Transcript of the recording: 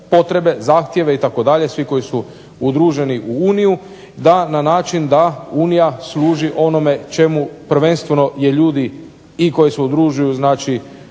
potrebe, zahtjeve, svi koji su udruženi u uniju na način da Unija služi onome čemu prvenstveno je ljudi koji se udružuju